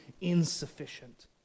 insufficient